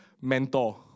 mentor